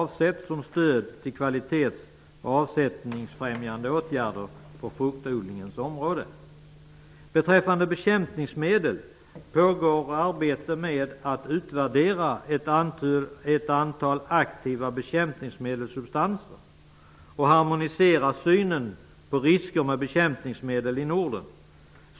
Vidare pågår ett arbete med att utvärdera ett antal aktiva bekämpningsmedelssubstanser och med en harmonisering beträffande synen på risker med bekämpningsmedel i Norden.